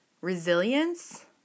resilience